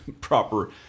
proper